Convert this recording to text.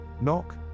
Knock